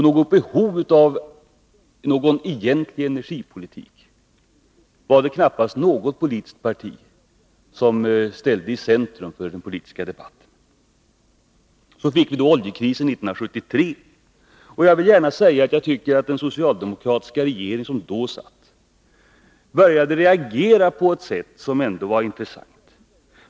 Krav på en egentlig energipolitik var det knappast något politiskt parti som förde fram i den politiska debatten. Så fick vi då oljekrisen 1973. Jag vill gärna säga att jag tycker att den socialdemokratiska regering som då satt började reagera på ett sätt som ändå var intressant.